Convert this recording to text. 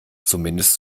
zumindest